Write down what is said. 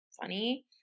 funny